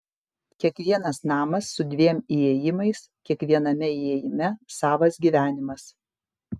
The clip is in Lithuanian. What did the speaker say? kiekvienas namas su dviem įėjimais kiekviename įėjime savas gyvenimas